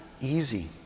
easy